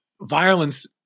violence